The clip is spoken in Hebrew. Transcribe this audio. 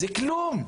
זה כלום.